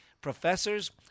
professors